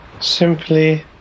simply